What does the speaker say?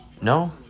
No